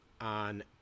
On